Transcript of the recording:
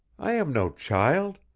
i am no child.